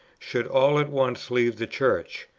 should all at once leave the church.